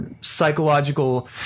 psychological